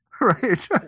Right